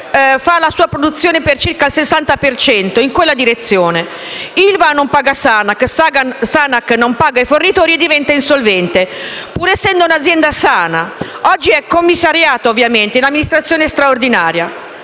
fa la sua produzione per circa il 60 in quella direzione. ILVA non paga Sanac, Sanac non paga i fornitori e diventa insolvente, pur essendo un'azienda sana. Oggi è commissariata ovviamente, è in amministrazione straordinaria.